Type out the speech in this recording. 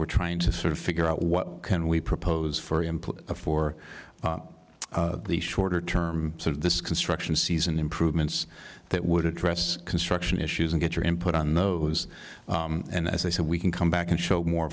we're trying to sort of figure out what can we propose for the input for the shorter term this construction season improvements that would address construction issues and get your input on those and as i said we can come back and show more